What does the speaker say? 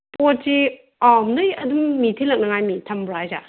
ꯄꯣꯠꯁꯤ ꯑꯥ ꯅꯣꯏ ꯑꯗꯨꯝ ꯃꯤ ꯊꯤꯂꯛꯅꯤꯉꯥꯏ ꯃꯤ ꯊꯝꯕ꯭ꯔꯣ ꯍꯥꯏꯁꯦ